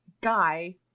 Guy